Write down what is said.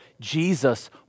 Jesus